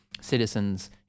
citizens